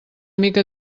mica